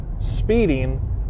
speeding